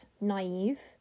naive